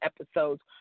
episodes